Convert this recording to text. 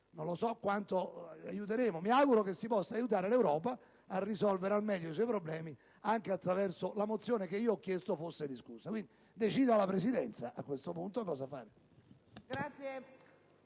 Non so quando potremo farlo, ma mi auguro che si possa aiutare l'Europa a risolvere al meglio i suoi problemi anche attraverso la mozione della quale io ho chiesto la discussione. Decida la Presidenza, a questo punto, che cosa fare.